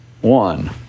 one